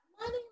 money